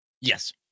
yes